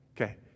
Okay